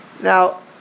Now